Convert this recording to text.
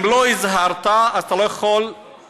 אם לא הזהרת, אז אתה לא יכול להעניש.